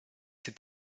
cet